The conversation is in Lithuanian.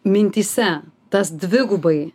mintyse tas dvigubai